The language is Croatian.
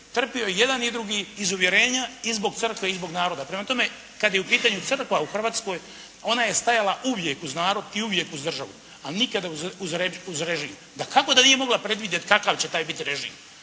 trpio je i jedan i drugi iz uvjerenja i zbog crkve i zbog naroda. Prema tome kada je u pitanju crkva u Hrvatskoj ona je stajala uvijek uz narod i uvijek uz državau, a nikada uz režim. Dakako da nije mogla predvidjeti kakav će biti taj režim.